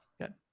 Good